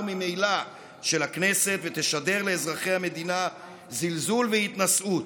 ממילא של הכנסת ותשדר לאזרחי המדינה זלזול והתנשאות.